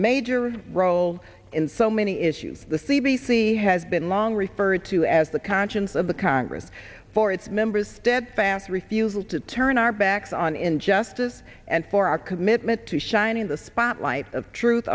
major role in so many issues the c b c has been long referred to as the conscience of the congress for its members steadfast refusal to turn our backs on injustice and for our commitment to shining the spotlight of truth